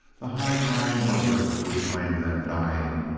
the high flying buzzard who would claim them, dying,